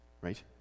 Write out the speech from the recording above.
right